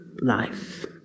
life